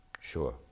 Sure